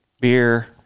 beer